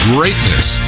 Greatness